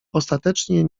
ostatecznie